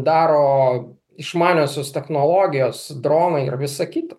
daro išmaniosios technologijos dronai ir visa kita